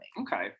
okay